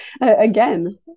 Again